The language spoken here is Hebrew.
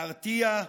להרתיע,